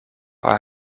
are